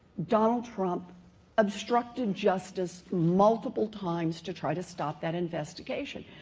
donald trump obstructed justice multiple times to try to stop that investigation.